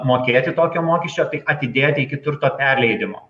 mokėti tokio mokesčio tai atidėti iki turto perleidimo